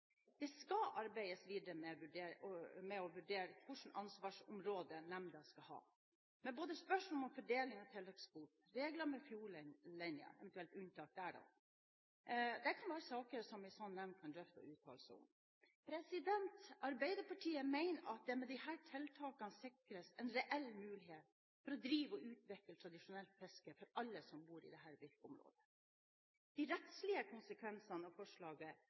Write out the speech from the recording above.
Det skal arbeides videre med å vurdere hvilke ansvarsområder nemnda skal ha. Både spørsmål om fordeling av tilleggskvote og regler angående fjordlinjer, eventuelle unntak der, kan være saker ei slik nemnd kan drøfte og uttale seg om. Arbeiderpartiet mener at det med disse tiltakene sikres en reell mulighet til å drive og utvikle tradisjonelt fiske for alle som bor i dette virkeområdet. De rettslige konsekvensene av